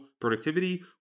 productivity